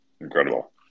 Incredible